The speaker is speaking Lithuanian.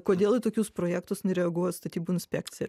kodėl į tokius projektus nereaguoja statybų inspekcija